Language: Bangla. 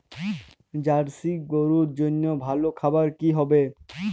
জার্শি গরুর জন্য ভালো খাবার কি হবে?